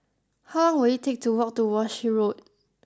how long will it take to walk to Walshe Road